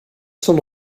stond